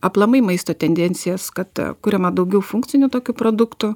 aplamai maisto tendencijas kad kuriama daugiau funkcinių tokių produktų